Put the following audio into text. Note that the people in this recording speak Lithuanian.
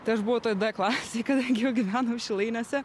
tai aš buvau toj d klasėj kadangi jau gyvenom šilainiuose